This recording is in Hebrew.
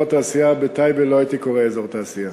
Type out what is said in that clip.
התעשייה בטייבה לא הייתי קורא אזור תעשייה.